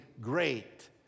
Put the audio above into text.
great